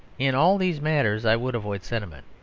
in all these matters i would avoid sentiment.